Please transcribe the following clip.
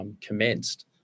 commenced